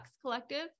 Collective